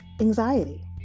anxiety